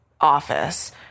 office